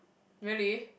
really